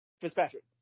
Fitzpatrick